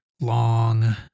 long